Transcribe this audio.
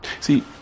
See